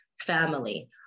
family